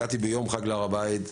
הגעתי ביום חג להר הבית,